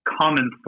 common